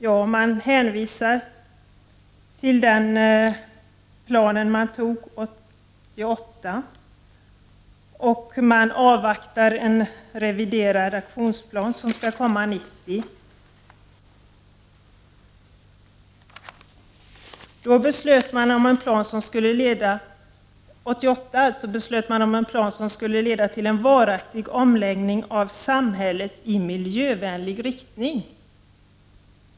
Utskottsmajoriteten hänvisar till den plan som antogs 1988 och vill avvakta den reviderade aktionsplan som skall komma 1990. Våren 1988 beslöt man om en plan som skulle leda till en varaktig omläggning av samhället i miljövänlig riktning.